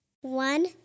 One